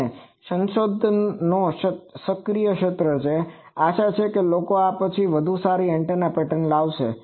અને આ સંશોધનનો સક્રિય ક્ષેત્ર છે આશા છે કે લોકો આ પછી વધુ સારી એન્ટેના લાવશે